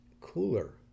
cooler